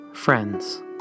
friends